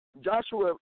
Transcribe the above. Joshua